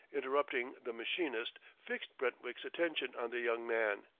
interrupting the machinist, fixed brentwick's attention on the young man.